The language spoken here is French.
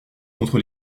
contre